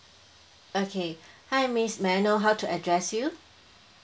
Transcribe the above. okay hi miss may I know how to address you